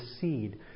seed